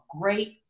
great